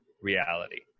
reality